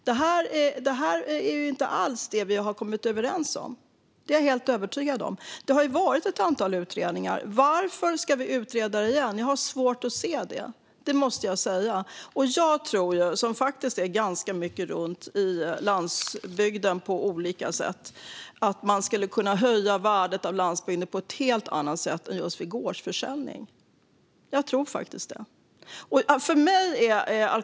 Detta är inte alls det som vi har kommit överens om. Detta är jag helt övertygad om. Det har gjorts ett antal utredningar. Varför ska vi utreda detta igen? Jag har svårt att se det; det måste jag säga. Jag som åker runt ganska mycket på landsbygden tror att man skulle kunna höja landsbygdens värde på ett helt annat sätt än just med gårdsförsäljning. Jag tror faktiskt det.